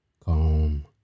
calm